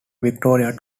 victoria